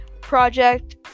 Project